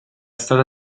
stata